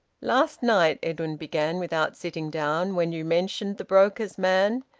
last night, edwin began, without sitting down, when you mentioned the broker's man,